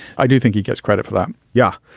i do think he gets credit for that yeah.